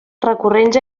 recurrents